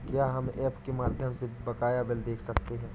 क्या हम ऐप के माध्यम से बकाया बिल देख सकते हैं?